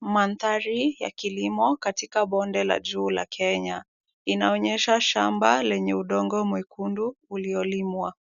Mandhari ya kilimo katika bonde la juu la Kenya. Inaonyesha shamba lenye udongo mwekundu uliolimwa